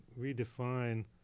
redefine